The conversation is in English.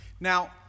Now